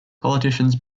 politicians